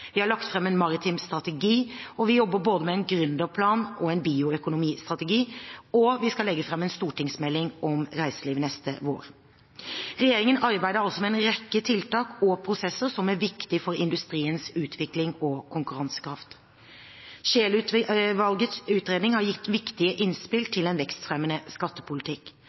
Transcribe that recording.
Vi har lagt fram en maritim strategi. Vi jobber både med en gründerplan og en bioøkonomistrategi, og vi skal legge fram en stortingsmelding om reiseliv neste vår. Regjeringen arbeider altså med en rekke tiltak og prosesser som er viktige for industriens utvikling og konkurransekraft. Scheel-utvalgets utredning har gitt viktige innspill til en vekstfremmende skattepolitikk.